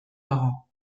dago